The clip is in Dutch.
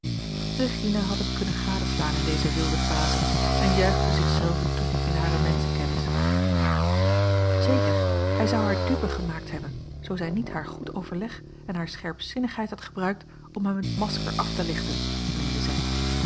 regina had hem kunnen gadeslaan in deze wilde phase en juichte zich zelve toe in hare menschenkennis zeker hij zou haar dupe gemaakt hebben zoo zij niet haar goed overleg en hare scherpzinnigheid had gebruikt om hem het masker af te lichten meende zij